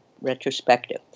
retrospective